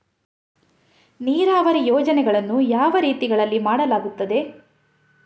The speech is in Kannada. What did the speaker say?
ನೀರಾವರಿ ಯೋಜನೆಗಳನ್ನು ಯಾವ ರೀತಿಗಳಲ್ಲಿ ಮಾಡಲಾಗುತ್ತದೆ?